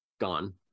Gone